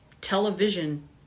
television